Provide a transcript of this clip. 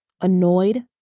annoyed